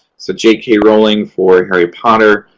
so, j k. rowling for harry potter,